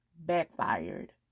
backfired